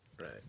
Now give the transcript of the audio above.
Right